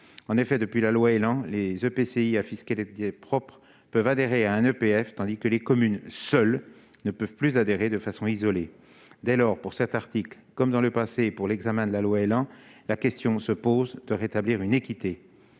En effet, depuis la loi ÉLAN, les EPCI à fiscalité propre peuvent adhérer à un EPF, tandis que les communes ne peuvent plus y adhérer de façon isolée. Dès lors, pour cet article, comme dans le passé lors de l'examen de la loi ÉLAN, la question se pose de rétablir l'équité.